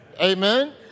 amen